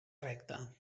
recta